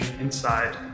inside